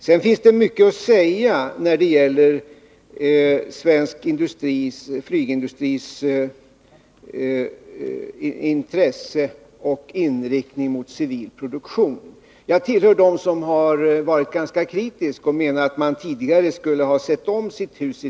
Det finns mycket att säga när det gäller svensk flygindustris intresse för och inriktning mot civil produktion. Jag tillhör dem som har varit ganska kritiska. Jag menar att man i det avseendet tidigare skulle ha sett om sitt hus.